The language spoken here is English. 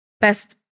best